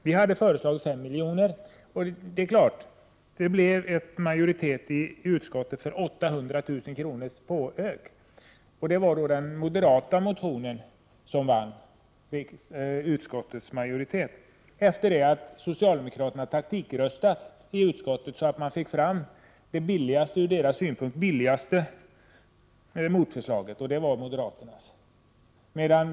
Vi hade föreslagit 5 milj.kr., men i utskottet blev det majoritet för en ökning med 800 000 kr. Det var den moderata motionen som fick utskottsmajoritetens stöd efter det att socialdemokraterna hade taktikröstat, så att de fick det från deras synpunkt billigaste motförslaget, vilket alltså var moderaternas.